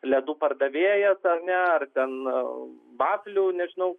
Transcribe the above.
ledų pardavėjas ar ne ar ten vaflių nežinau